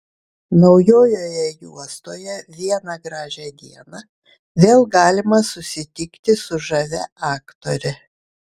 naujoje juostoje vieną gražią dieną vėl galima susitikti su žavia aktore